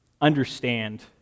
understand